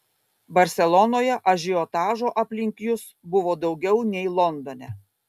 barselonoje ažiotažo aplink jus buvo daugiau nei londone